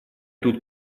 тут